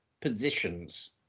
positions